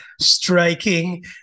striking